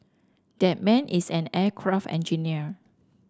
that man is an aircraft engineer